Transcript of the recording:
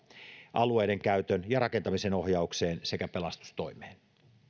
alueidenkäytön ja rakentamisen ohjaukseen sekä pelastustoimeen